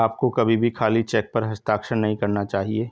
आपको कभी भी खाली चेक पर हस्ताक्षर नहीं करना चाहिए